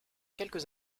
quelques